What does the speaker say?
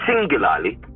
singularly